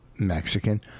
Mexican